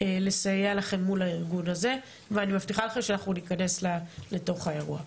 לסייע לכם מול הארגון הזה ואני מבטיחה לכם שאנחנו ניכנס לתוך האירוע.